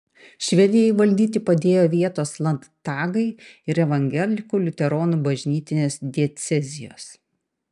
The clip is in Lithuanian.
švedijai valdyti padėjo vietos landtagai ir evangelikų liuteronų bažnytinės diecezijos